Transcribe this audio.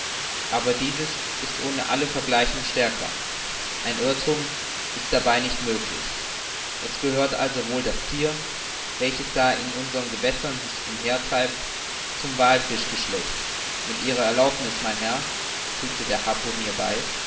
aber dieses ist ohne alle vergleichung stärker ein irrthum ist dabei nicht möglich es gehört also wohl das thier welches da in unseren gewässern sich umhertreibt zum wallfischgeschlecht mit ihrer erlaubniß mein herr fügte der harpunier bei